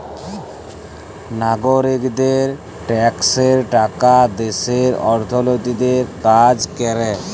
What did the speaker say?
লাগরিকদের ট্যাক্সের টাকা দ্যাশের অথ্থলৈতিক কাজ ক্যরে